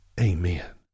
Amen